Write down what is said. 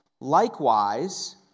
Likewise